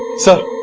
so